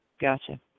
Gotcha